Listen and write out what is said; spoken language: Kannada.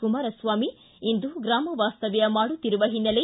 ಕುಮಾರಸ್ವಾಮಿ ಇಂದು ಗೂಮವಾಸ್ತವ್ಯ ಮಾಡುತ್ತಿರುವ ಹಿನ್ನೆಲೆ